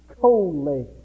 coldly